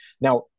Now